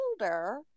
older